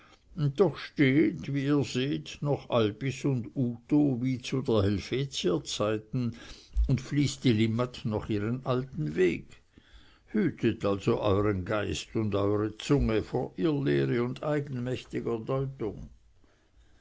doch steht wie ihr seht noch albis und uto wie zu der helvetier zeiten und fließt die limmat noch ihren alten weg hütet also euern geist und eure zunge vor irrlehre und eigenmächtiger deutung